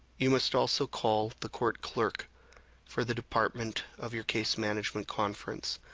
you must also call the court clerk for the department of your case management conference.